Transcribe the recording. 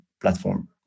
platform